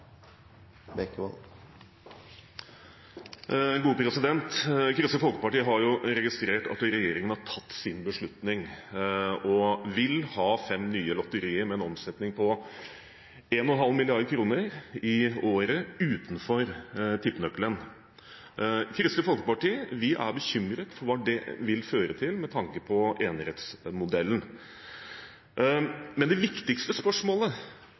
Kristelig Folkeparti har registrert at regjeringen har tatt sin beslutning og vil ha fem nye lotterier, med en omsetning på 1,5 mrd. kr i året, utenfor tippenøkkelen. Vi i Kristelig Folkeparti er bekymret for hva det vil føre til, med tanke på enerettsmodellen. Men de viktigste